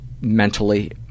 mentally